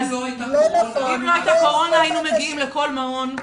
לא נכון --- אם לא הייתה קורונה היינו מגיעים לכל מעון,